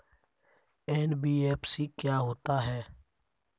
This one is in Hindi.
एन.बी.एफ.सी क्या होता है?